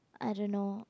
I don't know